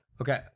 Okay